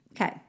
Okay